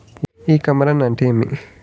ఇ commerce అంటే ఏమి?